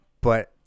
But-